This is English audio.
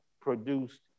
produced